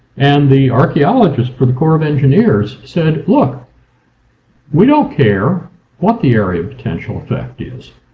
and the archaeologists for the corps of engineers said, look we don't care what the area of potential effect is.